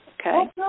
okay